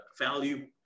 value